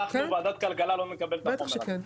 כן, בטח שכן.